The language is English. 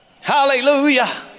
Hallelujah